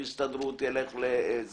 ילך להסתדרות וכו'.